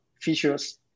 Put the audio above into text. features